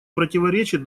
противоречит